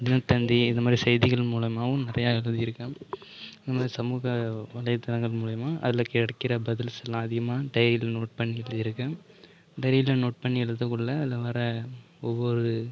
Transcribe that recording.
தினத்தந்தி இந்தமாதிரி செய்திகள் மூலமாகவும் நிறையா எழுதியிருக்கேன் இந்தமாரி சமூக வலைத்தளங்கள் மூலிமா அதில் கிடைக்கிற பதில்லாம் அதிகமாக டைரியில் நோட் பண்ணி எழுதியிருக்கேன் டைரியில் நோட் பண்ணி எழுதக்குள்ளே அதில் வர ஒவ்வொரு